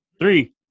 Three